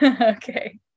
okay